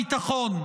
היכן שר הביטחון?